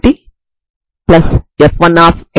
మీరు పొందేది ఇదే